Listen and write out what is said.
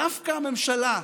דווקא הממשלה,